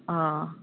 অঁ